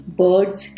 birds